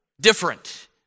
Different